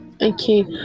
okay